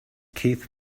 keith